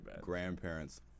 grandparents